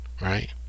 right